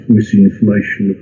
misinformation